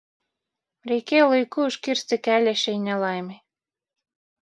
reikėjo laiku užkirsti kelią šiai nelaimei